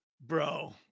Bro